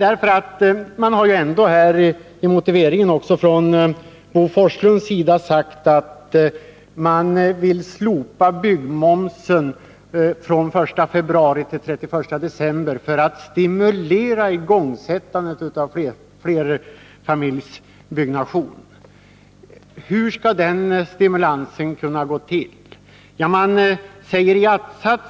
I motiveringen sägs nämligen — det har också Bo Forslund framfört — att man vill slopa byggmomsen från den 1 februari till den 31 december för att stimulera igångsättandet av flerfamiljsbyggnation. Hur skall denna stimulering kunna ske? Socialdemokraterna säger i reservationens